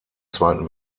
zweiten